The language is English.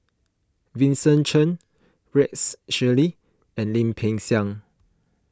Vincent Cheng Rex Shelley and Lim Peng Siang